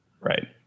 Right